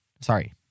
sorry